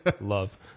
love